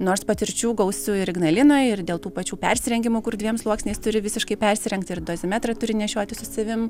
nors patirčių gausu ir ignalinoj ir dėl tų pačių persirengimų kur dviem sluoksniais turi visiškai persirengti ir dozimetrą turi nešioti su savim